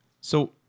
So-